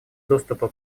доступа